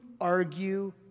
argue